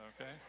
okay